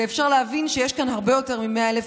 ואפשר להבין שיש כאן הרבה יותר מ-100,000 איש,